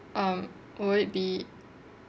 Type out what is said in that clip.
um would it be